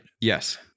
Yes